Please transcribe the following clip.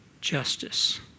justice